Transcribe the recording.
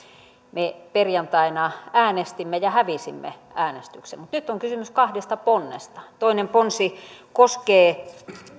me perjantaina äänestimme ja hävisimme äänestyksen nyt on kysymys kahdesta ponnesta toinen ponsi koskee